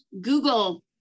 Google